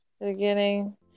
beginning